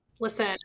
Listen